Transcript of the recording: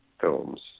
films